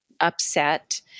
upset